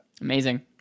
Amazing